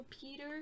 Peter